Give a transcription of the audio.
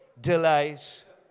delays